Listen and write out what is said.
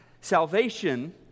Salvation